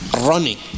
running